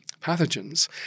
pathogens